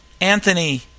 Anthony